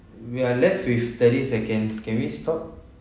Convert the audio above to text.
we are left with thirty seconds can we stop